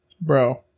Bro